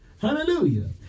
hallelujah